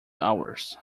hours